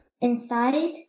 inside